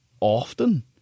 often